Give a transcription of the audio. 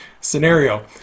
scenario